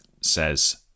says